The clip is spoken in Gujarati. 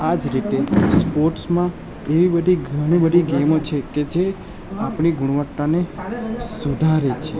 આ જ રીતે સ્પોર્ટ્સમાં એવી બધી ગણી બધી ગેમો છે કે જે આપણી ગુણવત્તાને સુધારે છે